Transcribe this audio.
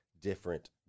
different